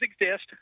exist